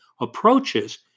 approaches